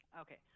Okay